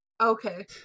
Okay